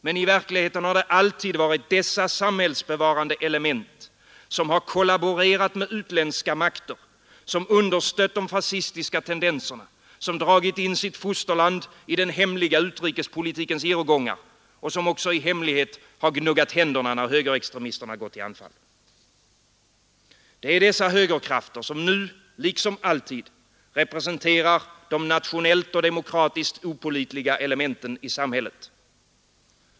Men i verkligheten har det alltid varit dessa samhällsbevarande element som har kollaborerat med utländska makter, som understött de fascistiska tendenserna, som dragit in sitt fosterland i den hemliga utrikespolitikens irrgångar, och som också i hemlighet gnuggat händerna när högerextremisterna gått till anfall. Det är dessa högerkrafter som nu — liksom alltid — representerar de nationellt och demokratiskt opålitliga elementen i samhället.